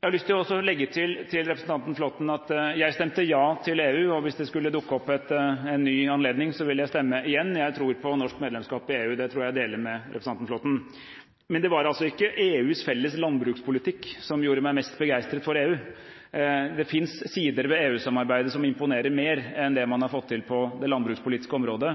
Jeg har lyst til å legge til til representanten Flåtten at jeg stemte ja til EU, og hvis det skulle dukke opp en ny anledning, ville jeg stemme det igjen. Jeg tror på norsk medlemskap i EU, og det tror jeg at jeg deler med representanten Flåtten. Men det var altså ikke EUs felles landbrukspolitikk som gjorde meg mest begeistret for EU. Det finnes sider ved EU-samarbeidet som imponerer mer enn det man har fått til på det landbrukspolitiske området.